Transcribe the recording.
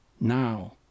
now